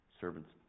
Servants